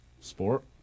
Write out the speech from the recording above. Sport